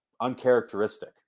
uncharacteristic